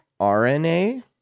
RNA